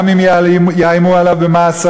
גם אם יאיימו עליו במאסרים,